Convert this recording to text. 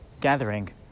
gathering